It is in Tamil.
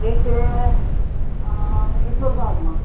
ரேட்டு எட்நூறுரூபா ஆவுதும்மா